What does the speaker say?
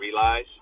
realize